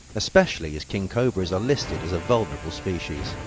especially as king cobras are listed as a vulnerable species.